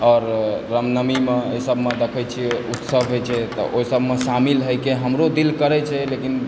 आओर रामनवमीमे ई सबमे देखै छी उत्सव होइ छै तऽ ओइ सबमे शामिल होइके हमरो दिल करै छै लेकिन